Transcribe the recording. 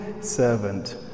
servant